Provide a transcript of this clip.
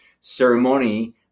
ceremony